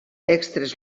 extres